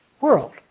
world